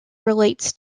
relates